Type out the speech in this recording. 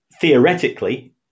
theoretically